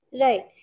right